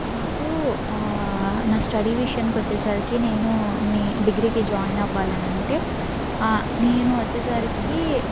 నాకు నా స్టడీ విషయానికొచ్చేసరికి నేను నీ డిగ్రీకి జాయిన్ అవ్వాలనంటే నేను వచ్చేసరికీ